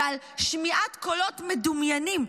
ועל שמיעת קולות מדומיינים,